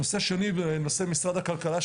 נושא שני זה נושא משרד הכלכלה,